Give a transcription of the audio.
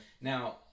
Now